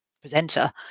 presenter